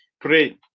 pray